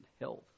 health